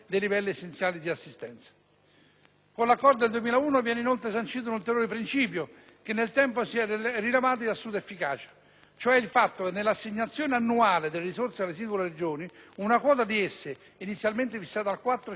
Con l'accordo del 2001 viene inoltre sancito un ulteriore principio che nel tempo si è rivelato di assoluta efficacia, cioè il fatto che, nell'assegnazione annuale delle risorse alle singole Regioni, una quota di esse (inizialmente fissata al 4-5 per cento e poi